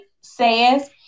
says